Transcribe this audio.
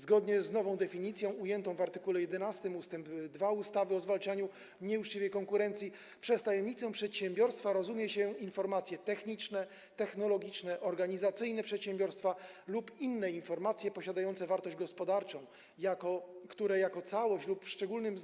Zgodnie z nową definicją ujętą w art. 11 ust. 2 ustawy o zwalczaniu nieuczciwej konkurencji: „Przez tajemnicę przedsiębiorstwa rozumie się informacje techniczne, technologiczne, organizacyjne przedsiębiorstwa lub inne informacje posiadające wartość gospodarczą, które jako całość lub w szczególnym